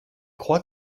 crois